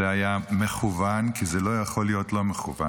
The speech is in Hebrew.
זה היה מכוון, כי לא יכול להיות לא מכוון.